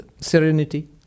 serenity